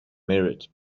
merit